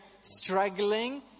struggling